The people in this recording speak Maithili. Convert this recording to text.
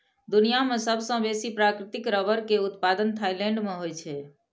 दुनिया मे सबसं बेसी प्राकृतिक रबड़ के उत्पादन थाईलैंड मे होइ छै